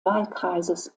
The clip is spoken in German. wahlkreises